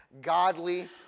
Godly